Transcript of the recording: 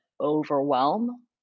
overwhelm